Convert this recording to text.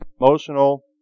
emotional